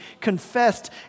confessed